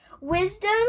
wisdom